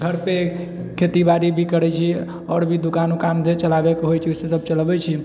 आओर अपना घरपे खेती बाड़ी भी करै छी आओर भी दोकान उकान जे चलाबैके होइ छै से सब चलबै छी घर